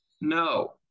no